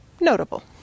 notable